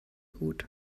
gut